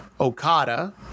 Okada